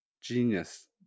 Genius